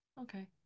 Okay